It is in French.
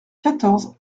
quatorze